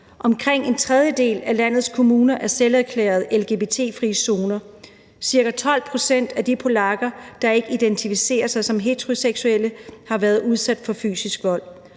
Omkring en tredjedel af landets kommuner er selverklærede lgbt-fri zoner. Cirka 12 pct. af de polakker, der ikke identificerer sig som heteroseksuelle, har været udsat for fysisk vold.